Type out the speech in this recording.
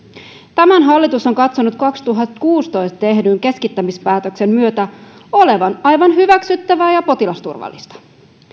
tämän hallitus on katsonut kaksituhattakuusitoista tehdyn keskittämispäätöksen myötä olevan aivan hyväksyttävää ja potilasturvallista